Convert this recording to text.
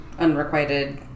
unrequited